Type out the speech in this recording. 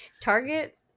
Target